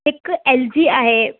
हिकु L G आहे